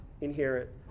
inherit